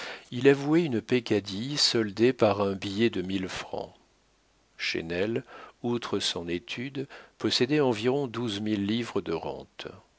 il avouait une peccadille soldée par un billet de mille francs chesnel outre son étude possédait environ douze mille livres de rentes